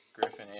Griffin